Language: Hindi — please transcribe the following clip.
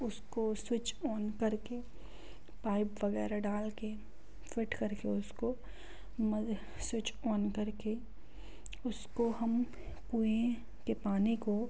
उसको स्विच ऑन कर के पाइप वग़ैरह डाल के फिट कर के उसको स्विच ऑन कर के उसको हम कुएँ के पानी को